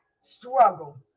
struggle